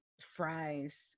fries